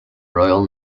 royal